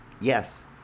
Yes